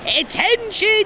Attention